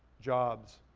jobs.